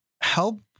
help